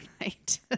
night